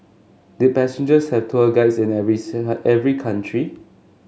did passengers have tour guides in every seen at every country